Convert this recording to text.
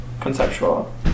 conceptual